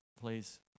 please